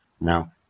Now